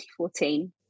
2014